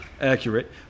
Accurate